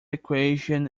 equation